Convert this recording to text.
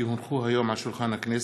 כי הונחו היום על שולחן הכנסת,